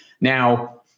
now